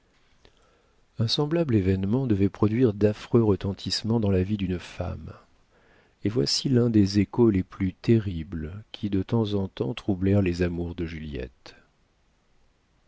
un semblable événement devait produire d'affreux retentissements dans la vie d'une femme et voici l'un des échos les plus terribles qui de temps en temps troublèrent les amours de juliette